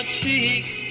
cheeks